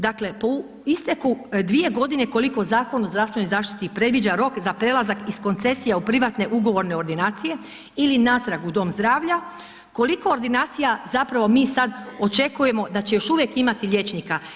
Dakle, po isteku dvije godine koliko Zakon o zdravstvenoj zaštiti predviđa rok za prelazak iz koncesije u privatne ugovorne ordinacije ili natrag u dom zdravlja, koliko ordinacija zapravo mi sad očekujemo da će još uvijek imati liječnika.